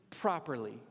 properly